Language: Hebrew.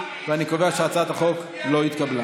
אני קובע שהצעת החוק לא התקבלה.